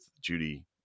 Judy